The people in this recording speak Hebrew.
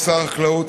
שר החקלאות,